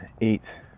eight